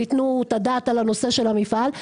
ויתנו את הדעת על הנושא של המפעל.